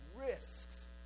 risks